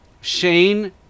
Shane